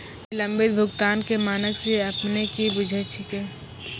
विलंबित भुगतान के मानक से अपने कि बुझै छिए?